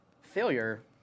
failure